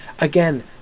again